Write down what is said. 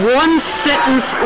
one-sentence